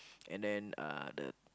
and then uh the